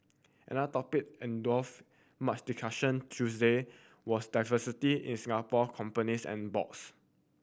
another topic much discussion Tuesday was diversity in Singapore companies and boards